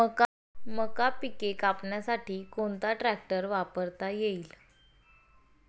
मका पिके कापण्यासाठी कोणता ट्रॅक्टर वापरता येईल?